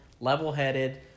level-headed